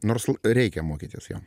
nors reikia mokytis jo